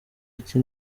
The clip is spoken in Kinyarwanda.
iki